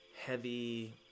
heavy